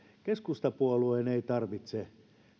keskustapuolueen ei tarvitse